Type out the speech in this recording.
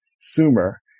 Sumer